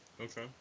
Okay